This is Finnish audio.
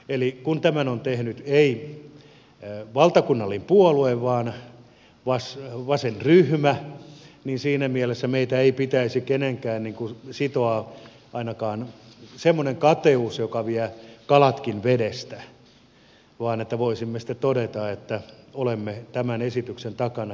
eli kun tätä ei ole tehnyt valtakunnallinen puolue vaan vasenryhmä niin siinä mielessä meitä ketään ei pitäisi sitoa ainakaan semmoinen kateus joka vie kalatkin vedestä vaan voisimme sitten todeta että olemme tämän esityksen takana